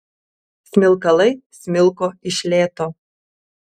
smilkalai smilko iš lėto